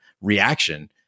reaction